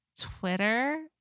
twitter